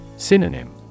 Synonym